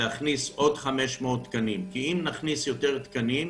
להכניס עוד 500 תקנים כי אם נכניס יותר תקנים,